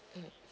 mmhmm